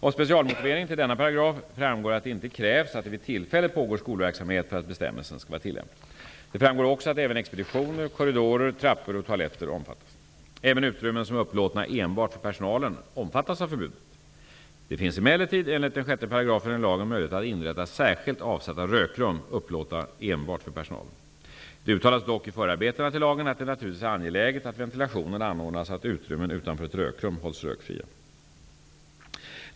Av specialmotiveringen till denna paragraf framgår att det inte krävs att det vid tillfället pågår skolverksamhet för att bestämmelsen skall vara tillämplig. Det framgår också att även expeditioner, korridorer, trappor och toaletter omfattas. Även utrymmen som är upplåtna enbart för personalen omfattas av förbudet. Det finns emellertid enligt 6 § i den lagen möjlighet att inrätta särskilt avsatta rökrum upplåtna enbart för personalen. Det uttalas dock i förarbetena till lagen att det naturligtvis är angeläget att ventilationen anordnas så att utrymmen utanför ett rökrum hålls rökfria.